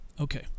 Okay